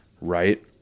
right